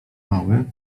mały